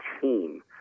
team